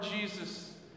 Jesus